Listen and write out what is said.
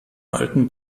alten